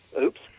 Oops